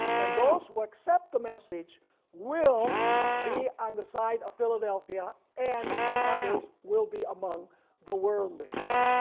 and those who accept the message will be on the side of philadelphia, and the others will be among the worldlings.